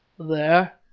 there!